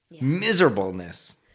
Miserableness